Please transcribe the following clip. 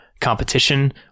competition